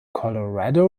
colorado